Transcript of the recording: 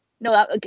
No